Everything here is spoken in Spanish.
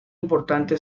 importante